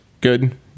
good